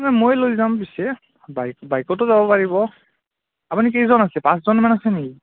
নাই মই লৈ যাম পিছে বাইক বাইকতো যাব পাৰিব আপুনি কেইজন আছে পাঁচজনমান আছে নেকি